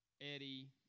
Eddie